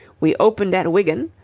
we opened at wigan,